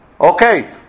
Okay